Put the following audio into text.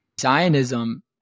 Zionism